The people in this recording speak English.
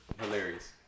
Hilarious